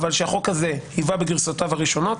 שהחוק הזה היווה בגרסאותיו הראשונות.